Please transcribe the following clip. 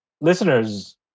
listeners